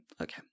Okay